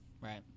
Right